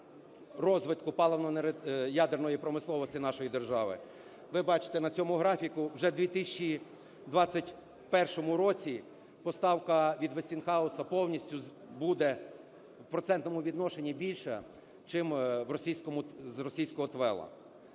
розвитку ядерної промисловості нашої держави, ви бачите на цьому графіку, вже в 2021 році поставка від Westinghouse повністю буде в процентному відношенні більша чим в російському,